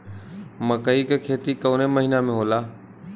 मकई क खेती कवने महीना में होला?